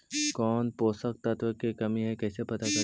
कौन पोषक तत्ब के कमी है कैसे पता करि?